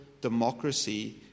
democracy